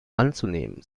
anzunehmen